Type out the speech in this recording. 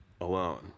alone